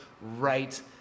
right